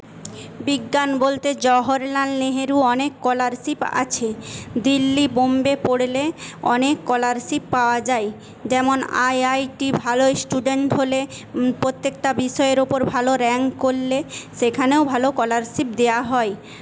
বিজ্ঞান বলতে জওহরলাল নেহেরু অনেক স্কলারশিপ আছে দিল্লি বোম্বে পড়লে অনেক স্কলারশিপ পাওয়া যায় তেমন আইআইটি ভালো স্টুডেন্ট হলে প্রত্যেকটা বিষয়ের উপর ভালো র্যাংক করলে সেখানেও ভালো স্কলারশিপ দেওয়া হয়